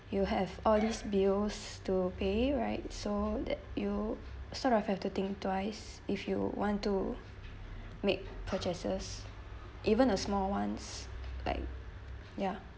you have all these bills to pay right so that you sort of have to think twice if you want to make purchases even a small ones like ya